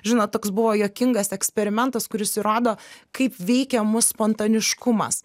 žinot toks buvo juokingas eksperimentas kuris įrodo kaip veikia mus spontaniškumas